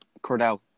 Cordell